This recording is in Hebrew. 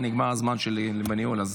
כי נגמר זמן הניהול שלי.